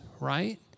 right